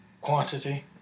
quantity